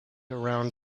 around